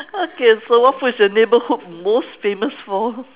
okay so what food is your neighborhood most famous for